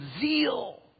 zeal